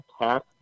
attack